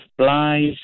Supplies